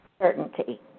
certainty